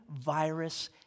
virus